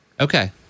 Okay